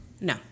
No